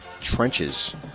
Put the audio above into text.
trenches